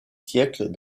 siècles